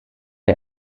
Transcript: der